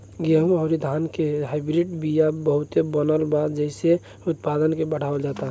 गेंहू अउरी धान के हाईब्रिड बिया बहुते बनल बा जेइसे उत्पादन के बढ़ावल जाता